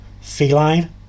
feline